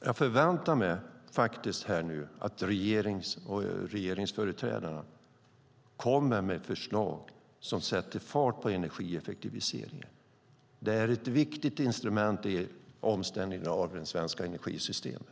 Jag förväntar mig nu att regeringspartiernas företrädare kommer med förslag som sätter fart på energieffektiviseringen. Detta är ett viktigt instrument i omställningen av det svenska energisystemet.